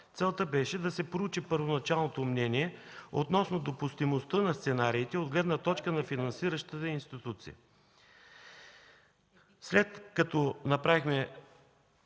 Целта беше да се проучи първоначалното мнение относно допустимостта на сценариите от гледна точка на финансиращата институция.